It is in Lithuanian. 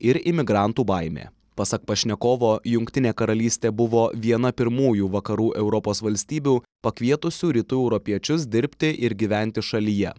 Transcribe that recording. ir imigrantų baimė pasak pašnekovo jungtinė karalystė buvo viena pirmųjų vakarų europos valstybių pakvietusių rytų europiečius dirbti ir gyventi šalyje